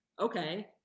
Okay